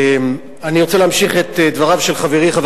אני רוצה להמשיך את דבריו של חברי חבר